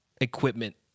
equipment